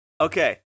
Okay